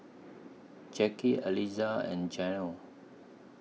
Jacky Aliza and Janell